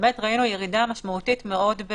ראינו ירידה משמעותית מאוד.